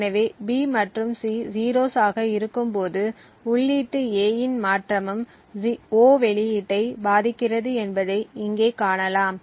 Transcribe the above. எனவே B மற்றும் C 0s ஆக இருக்கும்போது உள்ளீட்டு A இன் மாற்றமும் O வெளியீட்டை பாதிக்கிறது என்பதை இங்கே காணலாம்